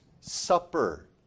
Supper